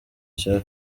cya